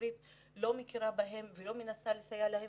ציבורית לא מכירה בהם ולא מנסה לסייע להם.